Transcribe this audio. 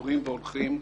מתגברים והולכים,